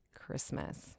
Christmas